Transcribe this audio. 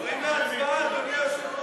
עוברים להצבעה, אדוני היושב-ראש.